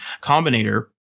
combinator